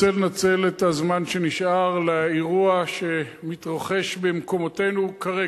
רוצה לנצל את הזמן שנשאר ולדבר על אירוע שמתרחש במקומותינו כרגע.